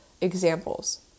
examples